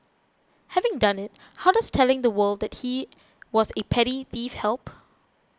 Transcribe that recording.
having done it how does telling the world that he was a petty thief help